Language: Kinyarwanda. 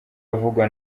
avugwa